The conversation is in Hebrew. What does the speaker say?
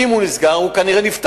אם הוא נסגר, הוא כנראה נפתח